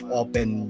open